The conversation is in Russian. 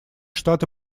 штаты